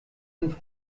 sind